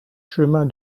chemin